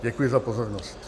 Děkuji za pozornost.